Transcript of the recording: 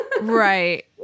right